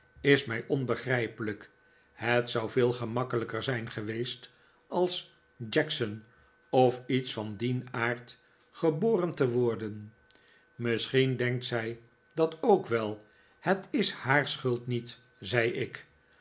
is mij onbegrijpelijk het zou veel gemakkelijker zijn geweest als jackson of iets van dien aard geboren te worden misschien denkt zij dat ook wel het is haar schuld niet zei ik